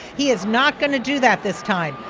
he is not going to do that this time.